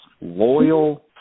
loyal